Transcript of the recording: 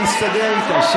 אני אסתדר איתה.